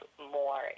more